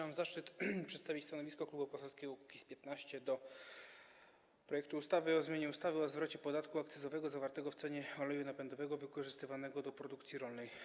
Mam zaszczyt przedstawić stanowisko Klubu Poselskiego Kukiz’15 wobec projektu ustawy o zmianie ustawy o zwrocie podatku akcyzowego zawartego w cenie oleju napędowego wykorzystywanego do produkcji rolnej.